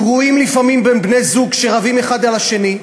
קרועים לפעמים בין בני-זוג שרבים אחד על השני,